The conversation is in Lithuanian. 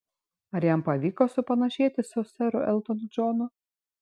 ar jam pavyko supanašėti su seru eltonu džonu